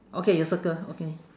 okay you circle okay